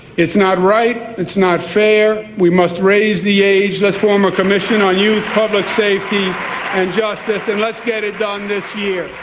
it's not right, it's not fair, we must raise the age. let's form a commission on youth public safety and justice and let's get it done this year.